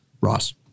Ross